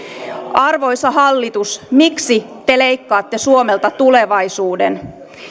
arvoisa hallitus miksi te leikkaatte suomelta tulevaisuuden